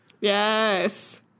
Yes